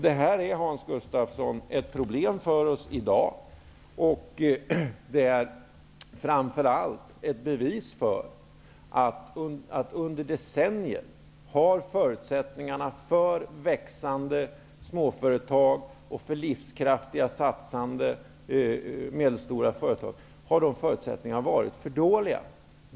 Det här är, Hans Gustafsson, ett problem för oss i dag, och det är framför allt ett bevis för att under decennier har förutsättningarna för växande småföretag och för livskraftiga satsande medelstora företag varit för dåliga.